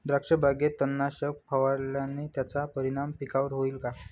द्राक्षबागेत तणनाशक फवारल्यास त्याचा परिणाम पिकावर होईल का?